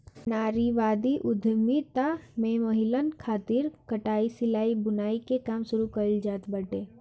नारीवादी उद्यमिता में महिलन खातिर कटाई, सिलाई, बुनाई के काम शुरू कईल जात बाटे